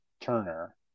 turner